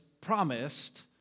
promised